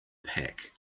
pack